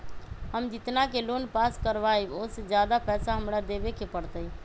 हम जितना के लोन पास कर बाबई ओ से ज्यादा पैसा हमरा देवे के पड़तई?